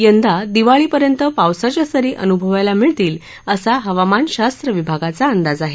यंदा दिवाळीपर्यंत पावसाच्या सरी अनुभवायला मिळतील असा हवामानशास्त्र विभागाचा अंदाज आहे